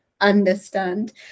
understand